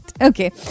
Okay